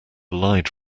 lied